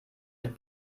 mit